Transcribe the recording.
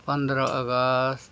ᱯᱚᱱᱫᱽᱨᱚ August